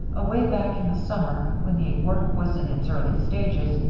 away back in the summer, when the work was in its early stages,